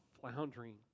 floundering